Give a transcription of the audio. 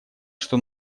что